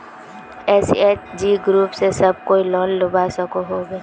SHG group से सब कोई लोन लुबा सकोहो होबे?